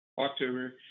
october